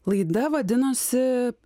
laida vadinosi